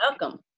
Welcome